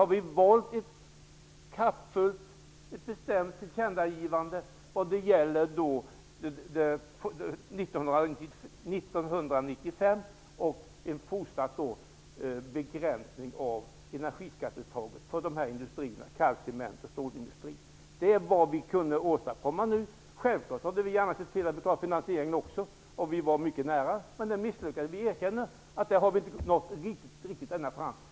Vi har valt att göra ett bestämt tillkännagivande av vad som gäller 1995, en fortsatt begränsning av energiskatteuttaget på kalk-, cement och stålindustrierna. Det är vad vi kunnat åstadkomma nu. Självklart hade vi gärna klarat finansieringen också. Vi var mycket nära, men misslyckades. Vi erkänner att vi där inte har nått riktigt ända fram.